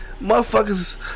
motherfuckers